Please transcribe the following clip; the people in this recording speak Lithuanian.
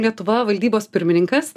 lietuva valdybos pirmininkas